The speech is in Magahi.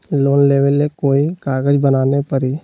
लोन लेबे ले कोई कागज बनाने परी?